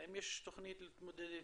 האם יש תוכנית להתמודד איתם,